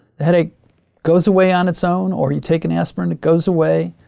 the headache goes away on its own or you take an aspirin, it goes away,